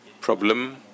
problem